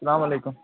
سلام وعلیکُم